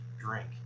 drink